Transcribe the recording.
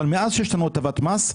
אבל מאז שיש לנו הטבת מס,